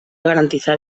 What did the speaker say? garantizar